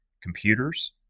computers